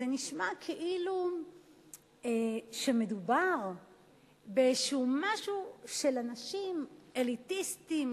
זה נשמע כאילו שמדובר באיזשהו משהו של אנשים אליטיסטים,